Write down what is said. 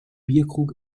bierkrug